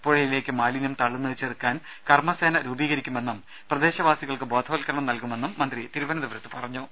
പുഴയിലേക്ക് മാലിന്യം തള്ളുന്നത് ചെറുക്കാൻ കർമസേന രൂപീകരിക്കുമെന്നും പ്രദേശവാസികൾക്ക് ബോധവത്കരണം നൽകു മെന്നും മന്ത്രി തിരുവനന്തപുരത്ത് അറിയിച്ചു